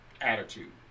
attitude